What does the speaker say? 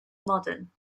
modern